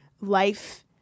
life